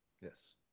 Yes